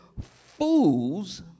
fools